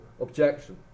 objection